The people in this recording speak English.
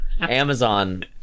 Amazon